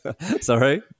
sorry